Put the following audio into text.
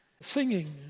Singing